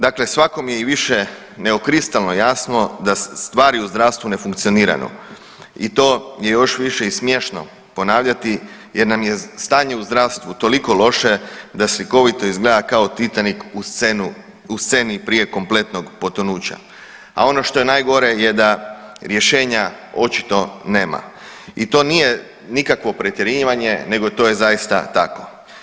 Dakle, svakom je i više nego kristalno jasno da se stvari u zdravstvu ne funkcioniraju i to je još više i smiješno ponavljati jer nam je stanje u zdravstvu toliko loše da slikovito izgleda kao Titanik u sceni prije kompletnog potonuća, a ono što je najgore je da rješenja očito nema i to nije nikakvo pretjerivanje nego to je zaista tako.